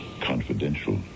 confidential